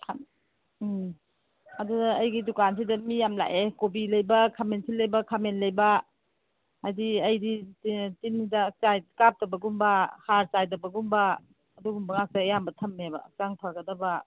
ꯎꯝ ꯑꯗꯨꯅ ꯑꯩꯒꯤ ꯗꯨꯀꯥꯟꯁꯤꯗ ꯃꯤ ꯌꯥꯝ ꯂꯥꯛꯑꯦ ꯀꯣꯕꯤ ꯂꯩꯕ ꯈꯥꯃꯦꯟꯁꯤꯟ ꯂꯩꯕ ꯈꯥꯃꯦꯟ ꯂꯩꯕ ꯍꯥꯏꯗꯤ ꯑꯩꯗꯤ ꯇꯤꯟ ꯍꯤꯗꯥꯛ ꯀꯥꯞꯇꯕꯒꯨꯝꯕ ꯍꯥꯔ ꯆꯥꯏꯗꯕꯒꯨꯝꯕ ꯑꯗꯨꯒꯨꯝꯕ ꯉꯥꯛꯇ ꯑꯌꯥꯝꯕ ꯊꯝꯃꯦꯕ ꯍꯛꯆꯥꯡ ꯐꯒꯗꯕ